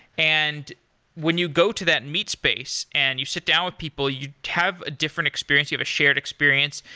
and when you go to that meet space and you sit down with people, you have a different experience. you have a shared experience.